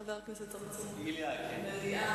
חבר הכנסת חנא סוייד מציע דיון במליאה.